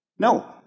No